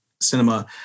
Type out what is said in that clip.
cinema